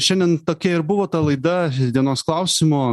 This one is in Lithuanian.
šiandien tokia ir buvo ta laida dienos klausimo